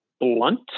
blunt